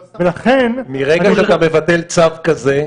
לא סתם --- מרגע שאתה מבטל צו כזה,